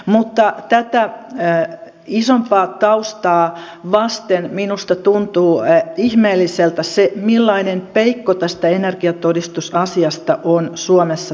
mutta tätä isompaa taustaa vasten minusta tuntuu ihmeelliseltä se millainen peikko tästä energiatodistusasiasta on suomessa tehty